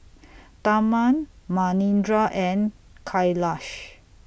Tharman Manindra and Kailash